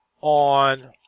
on